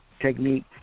technique